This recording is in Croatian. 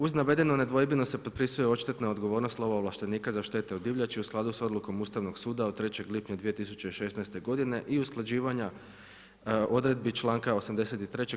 Uz navedeno nedvojbeno se potpisuje odštetna odgovornost lovo ovlaštenika za štete o divljači u skladu s odlukom Ustavnog suda od 3. lipnja 2016. godine i usklađivanja odredbi članka 83.